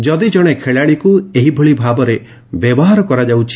ଯଦି ଜଣେ ଖେଳାଳିକୁ ଏହିଭଳି ଭାବରେ ବ୍ୟବହାର କରାଯାଉଛି